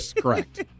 correct